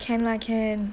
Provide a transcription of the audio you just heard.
can lah can